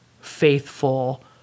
faithful